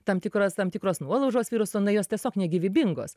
tam tikros tam tikros nuolaužos viruso nu jos tiesiog negyvybingos